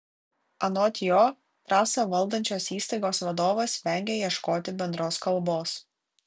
anot jo trasą valdančios įstaigos vadovas vengia ieškoti bendros kalbos